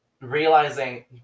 realizing